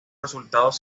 resultados